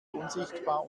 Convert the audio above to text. unsichtbar